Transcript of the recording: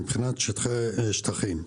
מבחינת שטחים,